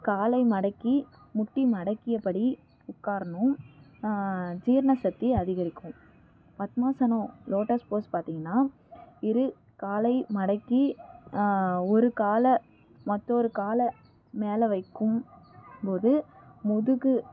காலை மடக்கி முட்டி மடக்கியபடி உட்காரணும் ஜீரண சக்தி அதிகரிக்கும் பத்மாசானம் லோட்டஸ் போஸ் பார்த்திங்கன்னா இரு காலை மடக்கி ஒரு காலை மற்றொரு கால் மேலே வைக்கும் போது முதுகு